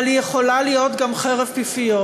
אבל היא יכולה להיות גם חרב פיפיות,